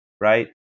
right